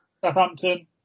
Southampton